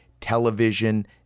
television